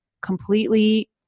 completely